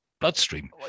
bloodstream